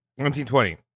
1920